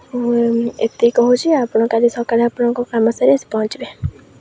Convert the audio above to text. ଏତିକି କହୁଛି ଆପଣ କାଲି ସକାଳେ ଆପଣଙ୍କ କାମ ସାରି ଆସି ପହଞ୍ଚିବେ